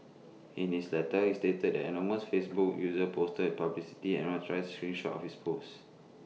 in his letter he stated that anonymous Facebook user posted publicity unauthorised screen shot of his post